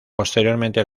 posteriormente